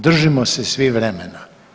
Držimo se svi vremena.